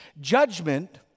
Judgment